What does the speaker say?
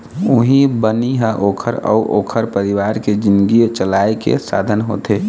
उहीं बनी ह ओखर अउ ओखर परिवार के जिनगी चलाए के साधन होथे